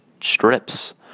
strips